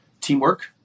teamwork